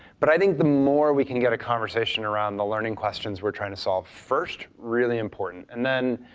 but i think the more we can get a conversation around the learning questions we're trying to solve first, really important. and then